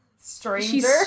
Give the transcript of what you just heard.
Stranger